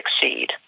succeed